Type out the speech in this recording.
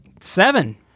Seven